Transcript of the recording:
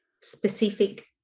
specific